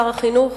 שר החינוך.